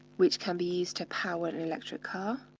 which can be used to power an electric car,